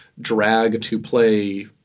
drag-to-play